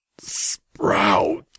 Sprout